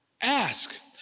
ask